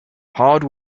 hard